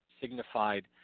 signified